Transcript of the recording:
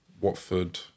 Watford